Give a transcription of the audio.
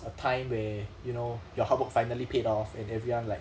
a time where you know your hard work finally paid off and everyone like